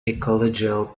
ecological